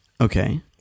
okay